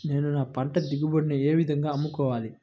నేను నా పంట దిగుబడిని ఏ విధంగా అమ్ముకోవాలి?